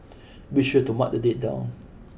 be sure to mark the date down